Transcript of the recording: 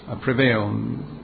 Prevail